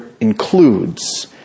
includes